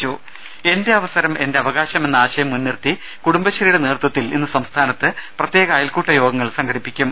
രുട്ട്ട്ട്ട്ട്ട്ട്ട്ട എന്റെ അവസരം എന്റെ അവകാശം എന്ന ആശയം മുൻനിർത്തി കുടും ബശ്രീയുടെ നേതൃത്വത്തിൽ ഇന്ന് സംസ്ഥാനത്ത് പ്രത്യേക അയൽക്കൂട്ട യോഗങ്ങൾ സംഘടിപ്പിക്കും